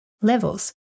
levels